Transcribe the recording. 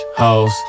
hoes